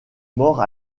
mort